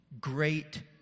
Great